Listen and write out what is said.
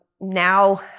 Now